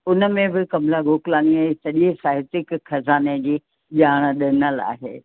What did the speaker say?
उन में बि कमला गोकलाणीअ जे सॼे साहित्य जे खज़ाने जी ॼाण ॾिनल आहे